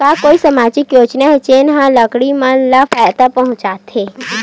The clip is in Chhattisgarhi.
का कोई समाजिक योजना हे, जेन हा लड़की मन ला फायदा पहुंचाथे?